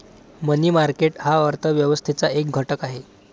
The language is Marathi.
मनी मार्केट हा अर्थ व्यवस्थेचा एक घटक आहे